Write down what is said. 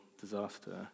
Disaster